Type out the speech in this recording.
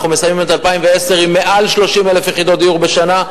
אנחנו מסיימים את 2010 עם יותר מ-30,000 יחידות דיור בשנה,